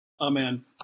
Amen